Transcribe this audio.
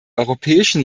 europäischen